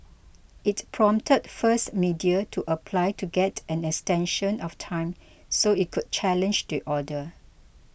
it prompted First Media to apply to get an extension of time so it could challenge the order